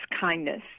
kindness